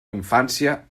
infància